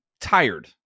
tired